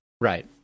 Right